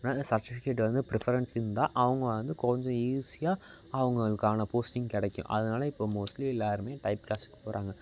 certificate வந்து preference இருந்தால் அவங்க வந்து கொஞ்சம் ஈஸியாக அவங்களுக்கான போஸ்டிங் கிடைக்கும் அதனால இப்போ மோஸ்ட்லி எல்லாேருமே டைப் க்ளாஸ்சுக்கு போகிறாங்க